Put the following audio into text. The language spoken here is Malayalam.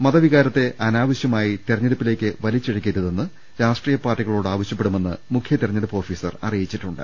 മതവികാരത്തെ അനാവശ്യമായി തെരഞ്ഞെടുപ്പിലേക്ക് വലിച്ചിഴക്കരുതെന്ന് രാഷ്ട്രീയ പാർട്ടികളോട് ആവശ്യപ്പെടുമെന്ന് മുഖ്യതെരഞ്ഞെടുപ്പ് ഓഫീസർ അറിയിച്ചിട്ടു ണ്ട്